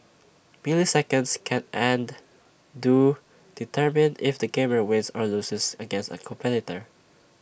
milliseconds can and do determine if the gamer wins or loses against A competitor